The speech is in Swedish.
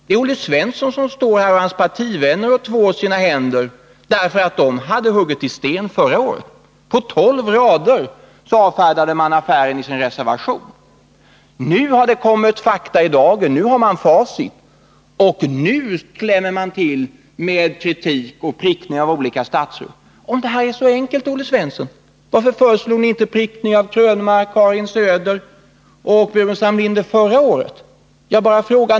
Det är i stället Olle Svensson och hans partivänner som gör detta, eftersom de förra året högg i sten. På tolv rader i sin reservation avfärdade de då affären. Nu har det kommit fakta i dagen, nu har socialdemokraterna facit — då klämmer de till med kritik mot och prickning av olika statsråd. Jag vill fråga Olle Svensson: Om den här frågan är så enkel, varför föreslog ni inte prickning av Eric Krönmark, Karin Söder och Staffan Burenstam Linder förra året?